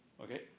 Okay